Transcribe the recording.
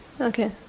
okay